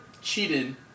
cheated